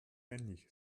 ähnlich